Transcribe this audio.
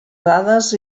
dades